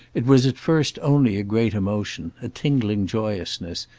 it was at first only a great emotion a tingling joyousness,